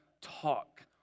talk